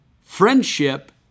friendship